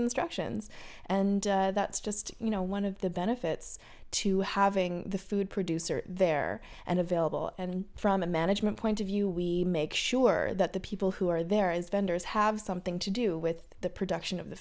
instructions and that's just you know one of the benefits to having the food producer there and available and from a management point of view we make sure that the people who are there is vendors have something to do with the production of the